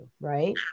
right